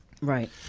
right